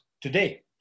today